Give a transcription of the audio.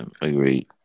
Agreed